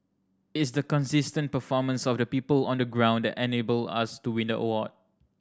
it's the consistent performance of the people on the ground that enabled us to win the award